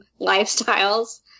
lifestyles